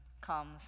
comes